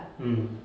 mm